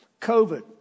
COVID